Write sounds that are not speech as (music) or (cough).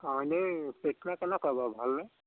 অ এনেই (unintelligible) কেনেকুৱা বাৰু ভালনে